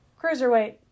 Cruiserweight